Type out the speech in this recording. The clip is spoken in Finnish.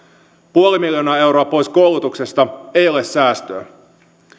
puoli miljoonaa euroa pois koulutuksesta ei ole säästöä